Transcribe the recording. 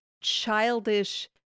childish